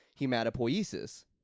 hematopoiesis